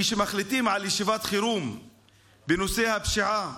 כשמחליטים על ישיבת חירום בנושא הפשיעה,